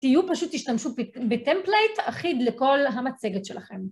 תהיו פשוט תשתמשו בטמפלייט אחיד לכל המצגת שלכם.